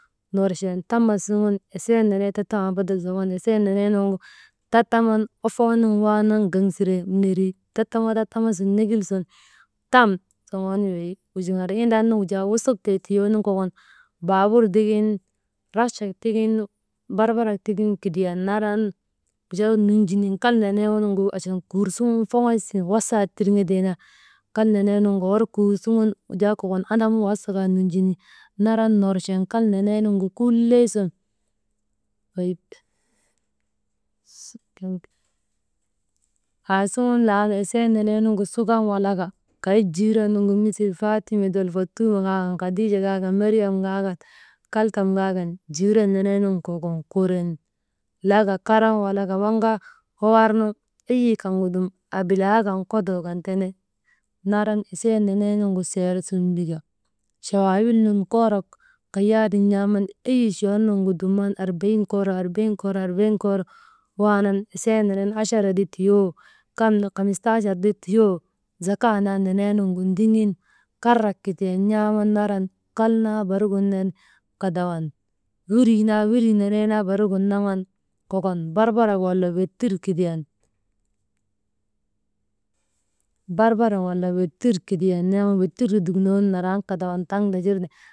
Norchen tam suŋun esee nenee tattamaa bada zoŋoonu esee neneenu tattaman ofoonun waanan gaŋ sire neri tattama, tattama sun negil sun, tam zoŋoonu wey wujuŋar indan wey wusuk tee tiyoonu kokon baabur tigin, rakchak tigin, barbarak tigin kidiyan naran, wujaa nunjinin kal neneenu achan kur suŋun foŋoy sun wasa tirŋetee naa kal neneenuŋgu hor kor suŋun wujaa andamu wasa kaa nunjinin naran norchen, kal neneenugu foŋoy sun «hesitation» aasuŋun laan esee nenenugu sukan walaka kay jiiran nugu, misil faatime dol, fotuma kaa kan, kadiije kaa kan Maryam kaa kan, kaltam kaa kan jiiran nenee nun kokon kurin laka karan walaka waŋ kaa wawarnu eyi abilaa kan kodoo kan, tenee naran, esee nenee nugu serr sun mbika chawaawil nun koorok kiyaalak n̰aaman eyi chuwal nun dumnan arbayin kooro, arbayin kooro esee naa waanan esee nenen achara ti tiyoo, kam ne hamistaachar ti tiyoo zaka naa nenee nungu ndiŋirin, karak kidizan n̰aaman naran, kal naa barigin ner kadawan « hesitation» wirii nenee naa barigin naŋan. Kokon barbarak wala wetir kidiyan « hesitation» n̰aaman wetir ti dukunon naran kadawan taŋ ndagirte.